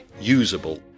usable